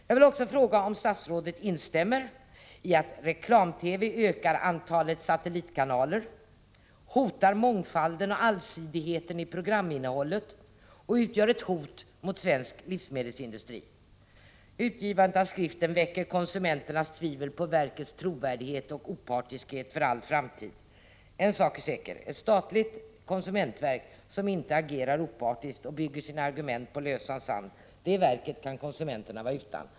Jag vill också fråga om statsrådet instämmer i att reklam i TV ökar antalet satellitkanaler, hotar mångfalden och allsidigheten i programinnehållet och utgör ett hot mot svensk livsmedelsindustri. Utgivandet av skriften måste för all framtid i högsta grad inge konsumenter tvivel om verkets trovärdighet och opartiskhet. En sak är säker: ett statligt konsumentverk som inte agerar opartiskt och som bygger sina argument på lösan sand kan konsumenterna vara utan.